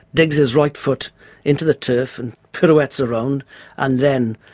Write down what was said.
digs his right foot into the turf and pirouettes around and then,